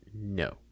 No